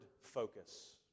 focus